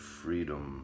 freedom